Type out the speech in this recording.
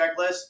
checklist